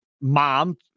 mom